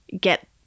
get